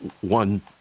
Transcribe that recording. one